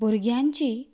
भुरग्यांची